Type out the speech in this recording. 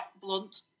blunt